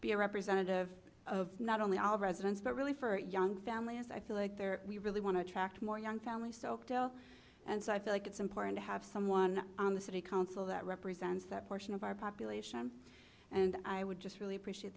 be a representative of not only all residents but really for young family as i feel like there we really want to attract more young families soaked oh and so i feel like it's important to have someone on the city council that represents that portion of our population and i would just really appreciate